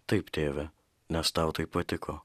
taip tėve nes tau taip patiko